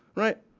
right?